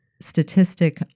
statistic